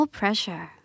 pressure